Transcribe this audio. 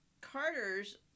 Carters